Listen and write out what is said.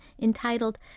entitled